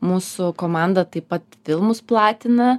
mūsų komanda taip pat filmus platina